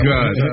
God